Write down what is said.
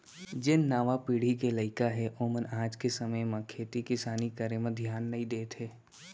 जेन नावा पीढ़ी के लइका हें ओमन आज के समे म खेती किसानी करे म धियान नइ देत हें